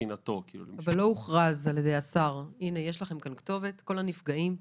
אבל לא הוכרזה על ידי השר כתובת כלשהי לפנייה של כל הנפגעים,